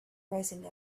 rising